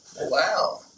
Wow